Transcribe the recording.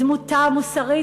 את דמותה המוסרית.